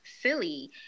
silly